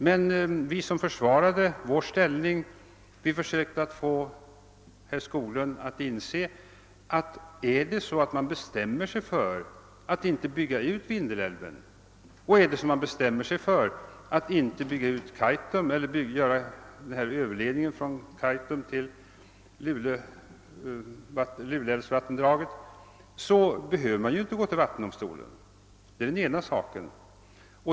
Vi försvarade emellertid vår inställning och försökte få herr Skoglund att inse att om man bestämmer sig för att inte bygga ut Vindelälven, och inte bygga ut Kaitum eller göra en Ööverledning från Kaitum till Lule älv, så behöver man inte gå till vattendomstolen. Det är den ena saken.